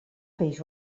peix